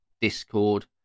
discord